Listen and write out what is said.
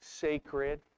sacred